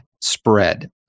spread